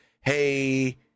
hey